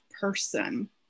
person